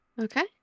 Okay